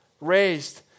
raised